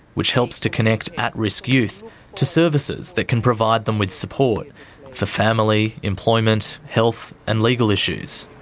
which helps to connect at-risk youth to services that can provide them with support for family, employment, health, and legal issues.